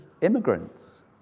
immigrants